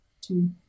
two